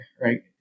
right